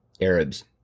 Arabs